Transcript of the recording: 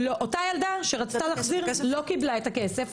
אותה ילדה שרצתה להחזיר לא קיבלה את הכסף.